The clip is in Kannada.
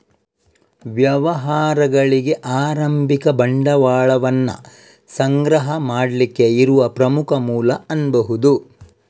ವ್ಯವಹಾರಗಳಿಗೆ ಆರಂಭಿಕ ಬಂಡವಾಳವನ್ನ ಸಂಗ್ರಹ ಮಾಡ್ಲಿಕ್ಕೆ ಇರುವ ಪ್ರಮುಖ ಮೂಲ ಅನ್ಬಹುದು